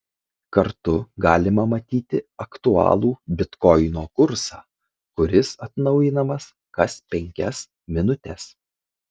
kartu galima matyti aktualų bitkoino kursą kuris atnaujinamas kas penkias minutes